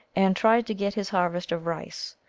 and tried to get his harvest of rice.